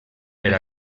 per